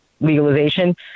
legalization